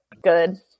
good